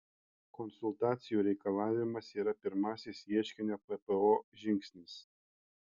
konsultacijų reikalavimas yra pirmasis ieškinio ppo žingsnis